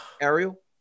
Ariel